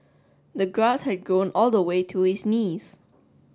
the grass had grown all the way to his knees